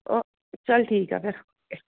ਓ ਚੱਲ ਠੀਕ ਆ ਫਿਰ ਓਕੇ